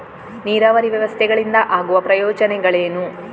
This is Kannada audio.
ನೀರಾವರಿ ವ್ಯವಸ್ಥೆಗಳಿಂದ ಆಗುವ ಪ್ರಯೋಜನಗಳೇನು?